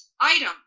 item